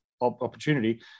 opportunity